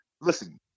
listen